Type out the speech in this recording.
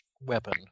weapon